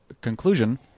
conclusion